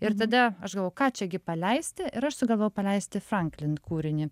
ir tada aš galvoju ką čiagi paleisti ir aš sugalvojau paleisti franklin kūrinį